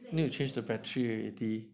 need to change the battery already